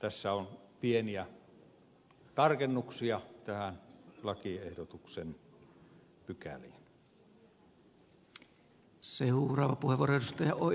tässä on pieniä tarkennuksia lakiehdotuksen pykäliin